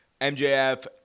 MJF